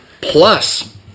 Plus